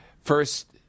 First